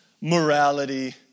morality